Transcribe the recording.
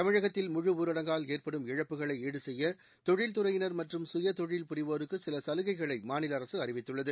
தமிழகத்தில் முழு ஊரடங்கால் ஏற்படும் இழப்புகளைஈடு செய்யதொழில்துறையினர் மற்றும் சுய தொழில் புரிவோருக்குசிலசலுகைகளைமாநிலஅறிவித்துள்ளது